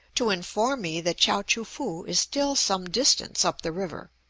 to inform me that chao-choo-foo is still some distance up the river,